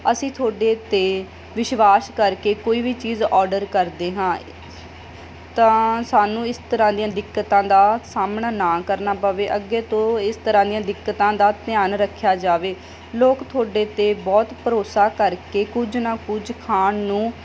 ਅਸੀਂ ਤੁਹਾਡੇ 'ਤੇ ਵਿਸ਼ਵਾਸ ਕਰਕੇ ਕੋਈ ਵੀ ਚੀਜ਼ ਓਡਰ ਕਰਦੇ ਹਾਂ ਤਾਂ ਸਾਨੂੰ ਇਸ ਤਰ੍ਹਾਂ ਦੀਆਂ ਦਿੱਕਤਾਂ ਦਾ ਸਾਹਮਣਾ ਨਾ ਕਰਨਾ ਪਵੇ ਅੱਗੇ ਤੋਂ ਇਸ ਤਰ੍ਹਾਂ ਦੀਆਂ ਦਿੱਕਤਾਂ ਦਾ ਧਿਆਨ ਰੱਖਿਆ ਜਾਵੇ ਲੋਕ ਤੁਹਾਡੇ 'ਤੇ ਬਹੁਤ ਭਰੋਸਾ ਕਰਕੇ ਕੁਝ ਨਾ ਕੁਝ ਖਾਣ ਨੂੰ